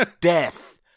death